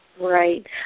Right